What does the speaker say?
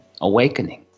awakening